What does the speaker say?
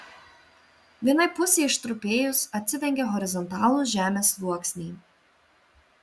vienai pusei ištrupėjus atsidengė horizontalūs žemės sluoksniai